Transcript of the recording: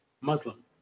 Muslim